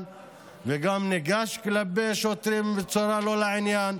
וגם ניגש כלפי שוטרים בצורה לא לעניין.